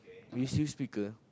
we use speaker